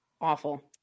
awful